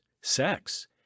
sex